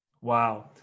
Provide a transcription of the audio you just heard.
Wow